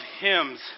hymns